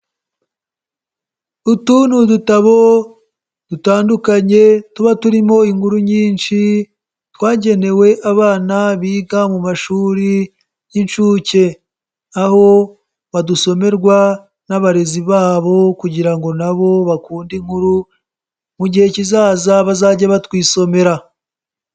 Utu ni udutabo dutandukanye tuba turimo inkuru nyinshi twagenewe abana biga mu mashuri y'inshuke, aho badusomerwa n'abarezi babo kugira ngo na bo bakunde inkuru mu gihe kizaza bazage batwisomera.